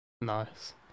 Nice